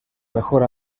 mejor